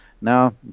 now